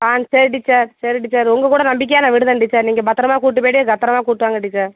ஆ சரி டீச்சர் சரி டீச்சர் உங்கள் கூட நம்பிக்கையாக நான் விடுறேன் டீச்சர் நீங்கள் பத்திரமா கூட்டு போய்ட்டு பத்திரமா கூட்டு வாங்க டீச்சர்